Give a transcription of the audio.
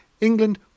England